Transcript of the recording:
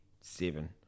seven